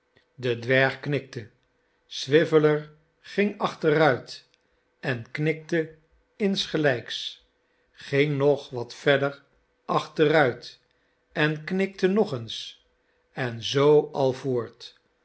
de dwerg knikte swiveller ging achteruit en knikte insgelijks ging nog wat verder achteruit en knikte nog eens en zoo al voort